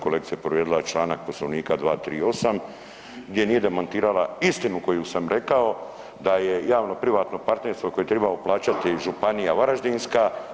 Kolegica je povrijedila članak Poslovnika 238. gdje nije demantirala istinu koju sam rekao da je javno privatno partnerstvo koje tribamo plaćati Županija varaždinska.